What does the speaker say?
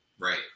Right